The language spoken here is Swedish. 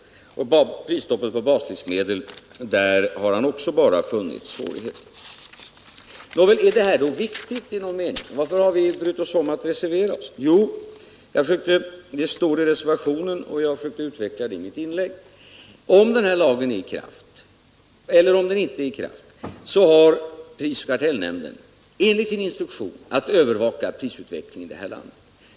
När det gäller prisstoppet på baslivsmedel har han också funnit bara svårigheter. Nåväl, är det här på något sätt någonting viktigt? Varför har vi brytt oss om att avge en reservation? Jo, om den här lagen, och det står i reservationen och jag har försökt utveckla det i mitt inlägg, är i kraft har pris och kartellnämnden enligt sin instruktion att övervaka prisutvecklingen i det här landet.